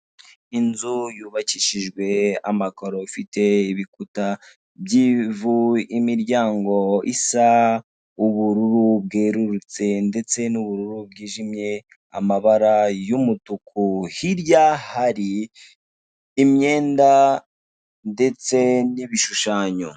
Inzu yubakishijwe amakaro ibikuta by'imiryango isa ubururu bwererutse ndetse n'ubururu bwijimye, amabara y'umutuku hirya hari imyenda ndetse n'ibishushanyo.